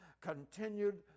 continued